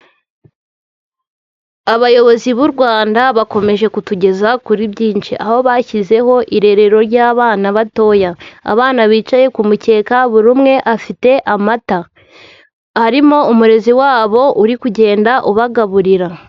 Abayobozi b'u Rwanda bakomeje kutugeza kuri byinshi. Aho bashyizeho irerero ry'abana batoya. Abana bicaye ku mukeka, buri umwe afite amata. Harimo umurezi wabo uri kugenda ubagaburira.